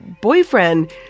boyfriend